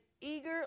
eager